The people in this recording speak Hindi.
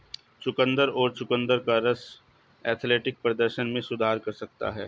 चुकंदर और चुकंदर का रस एथलेटिक प्रदर्शन में सुधार कर सकता है